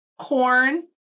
Corn